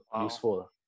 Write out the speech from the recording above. useful